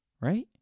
right